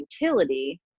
utility